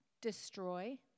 destroy